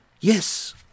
Yes